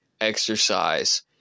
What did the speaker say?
exercise